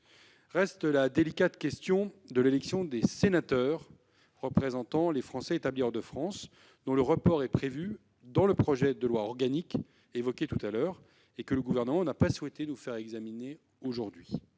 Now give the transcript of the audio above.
Reste la délicate question de l'élection des sénateurs représentant les Français établis hors de France dont le report est prévu dans le projet de loi organique que j'évoquais précédemment et que le Gouvernement n'a pas souhaité nous faire examiner aujourd'hui